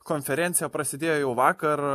konferencija prasidėjo jau vakar